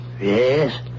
Yes